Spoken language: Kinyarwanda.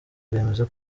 bwemeza